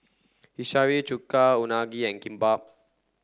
Hiyashi Chuka Unagi and Kimbap